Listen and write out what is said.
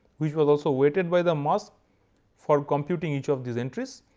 which was also weighted by the mask for computing each of these entries.